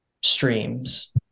streams